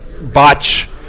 botch